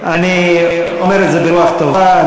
אני אומר את זה ברוח טובה,